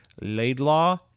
Laidlaw